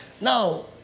Now